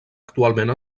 actualment